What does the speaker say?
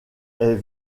est